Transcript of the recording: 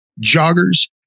joggers